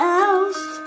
else